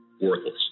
worthless